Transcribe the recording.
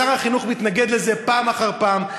ושר החינוך מתנגד לזה פעם אחר פעם.